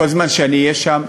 כל זמן שאני אהיה שם,